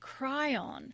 cryon